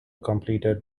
completed